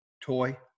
toy